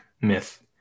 myth